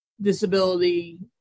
disability